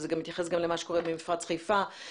וזה גם מתייחס למה שקורה במפרץ חיפה,